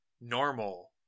normal